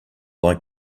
like